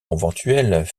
conventuels